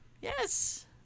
yes